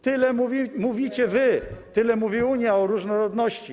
Tyle mówicie wy, tyle mówi Unia o różnorodności.